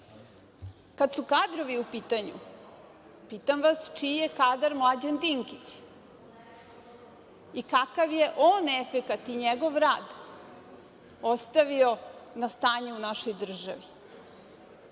su kadrovi u pitanju, pitam vas – čiji je kadar Mlađan Dinkić i kakav je on efekat i njegov rad ostavio na stanje u našoj državi?